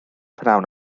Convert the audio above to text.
prynhawn